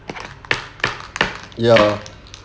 ya